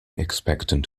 expectant